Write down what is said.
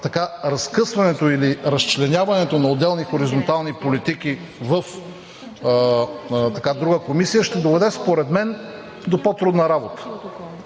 защо разкъсването или разчленяването на отделни хоризонтални политики в друга комисия ще доведе според мен до по-трудна работа.